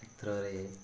କ୍ଷେତ୍ରରେ